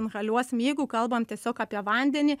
inhaliuosim jeigu kalbam tiesiog apie vandenį